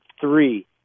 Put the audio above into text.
three